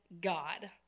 God